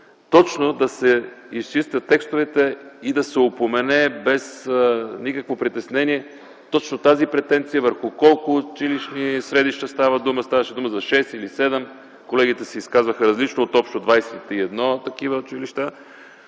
точно да се изчистят текстовете и да се упомене без никакво притеснение точно тази претенция върху колко училищни средища става дума. Ставаше дума за 6 или 7 – колегите се изказаха различно, от общо 21 такива училища,